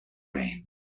rain